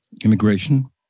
immigration